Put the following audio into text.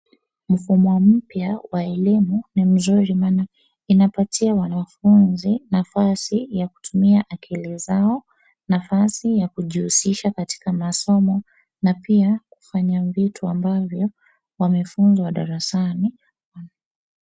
Mfumo mpya wa elimu ni mzuri maana inapatia wanafunzi nafasi ya kutumia akili zao, nafasi ya kujihusisha katika masomo na pia kufanya vitu ambavyo wamefunzwa darasani.